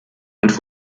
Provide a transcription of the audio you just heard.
und